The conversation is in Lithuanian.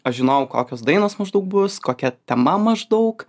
aš žinojau kokios dainos maždaug bus kokia tema maždaug